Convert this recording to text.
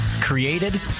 created